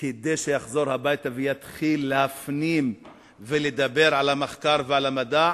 כדי שיחזור הביתה ויתחיל להפנים ולדבר על המחקר והמדע,